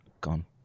gone